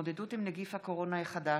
נגיף הקורונה החדש)